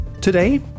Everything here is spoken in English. Today